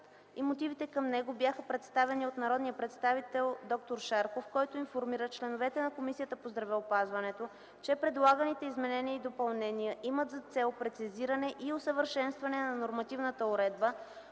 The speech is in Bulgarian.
и мотивите към него бяха представени от народния представител д-р Ваньо Шарков, който информира членовете на Комисията по здравеопазването, че предлаганите изменения и допълнения имат за цел прецизиране и усъвършенстване на нормативната уредба,